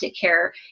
care